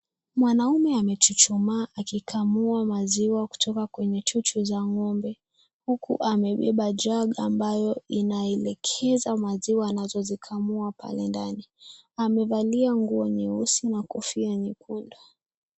Mwanaume amechuchumaa akikamua maziwa kutoka kwenye chuchu za ngombe huku amebeba jug ambayo inaelekeza maziwa anazozikamua pale ndani. Amevalia nguo nyeusi na kofia nyekundu.